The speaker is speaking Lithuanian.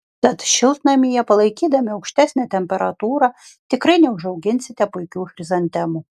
tad šiltnamyje palaikydami aukštesnę temperatūrą tikrai neužauginsite puikių chrizantemų